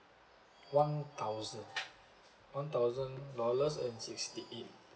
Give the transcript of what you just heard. one thousand one thousand dollars and sixty eight